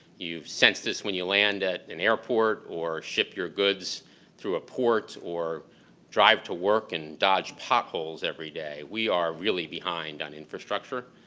you've sensed this when you land at an airport or ship your goods through a port or drive to work and dodge potholes everyday. we are really behind on infrastructure.